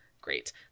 great